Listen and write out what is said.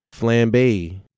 flambe